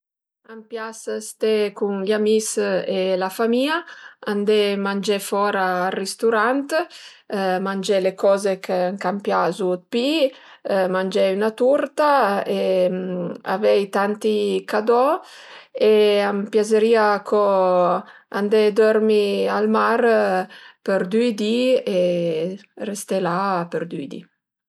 A m'pias ste cun gl'amis e la famìa, andé mangé fora al risturant, mangé le coze ch'an piazu 'd pi, mangé üna turta e avei tanti cadò e a m'piazerìa co andé dörmi al mar për düi di e resté la për due di